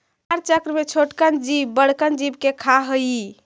आहार चक्र में छोटकन जीव के बड़कन जीव खा हई